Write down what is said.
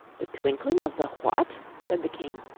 the twinkling of the what said the king.